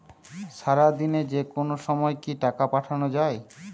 সারাদিনে যেকোনো সময় কি টাকা পাঠানো য়ায়?